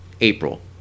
April